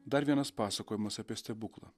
dar vienas pasakojimas apie stebuklą